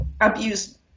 abused